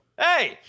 hey